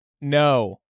No